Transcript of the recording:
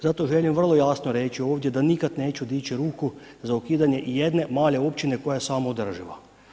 Zato želim vrlo jasno reći ovdje da nikad neću dići ruku za ukidanje i jedne male općine koja je samoodrživa.